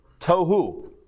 tohu